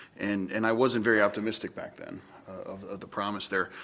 and and i wasn't very optimistic back then of the promise there,